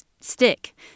stick